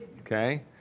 Okay